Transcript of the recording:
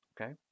Okay